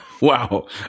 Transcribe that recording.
Wow